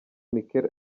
mikel